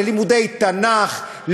ללימודי תנ"ך,